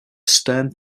stern